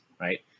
right